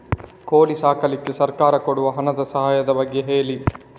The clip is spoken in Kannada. ಕೋಳಿ ಸಾಕ್ಲಿಕ್ಕೆ ಸರ್ಕಾರ ಕೊಡುವ ಹಣದ ಸಹಾಯದ ಬಗ್ಗೆ ಹೇಳಿ